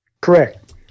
Correct